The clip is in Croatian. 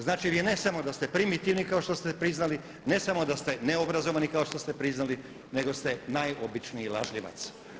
Znači vi ne samo da ste primitivni kako što ste priznali, ne samo da ste neobrazovani kao što ste priznali nego ste najobičniji lažljivac.